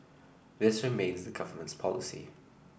this remains the government's policy